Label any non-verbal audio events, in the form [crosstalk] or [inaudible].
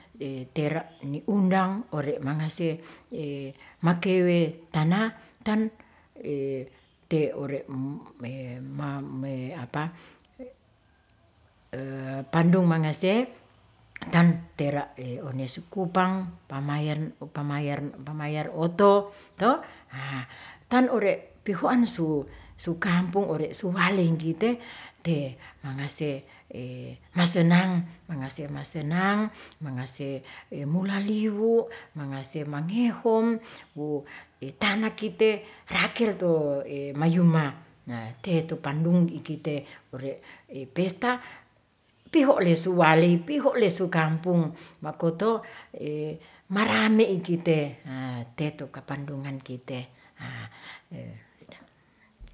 [hesitation] tera ni undang ore' mangase [hesitation] makewe tana ton te ore' [hesitation] pandung mangase tan tera [hesitation] onesu kupang pamayen opa mayaren bamayaran oto, tan ore' pihuan su kampung su waleng kite te mangase [hesitation] masenang. mangase masenang. mangase mulaliwu mangase mangehom wu tanakite rakelto mayuma te tu pandung ikite ore' pesta pihole suwaley, pihole su kampung. makoto marame ikite teto kapadungan kite.